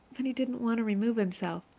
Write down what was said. but he didn't want to remove himself.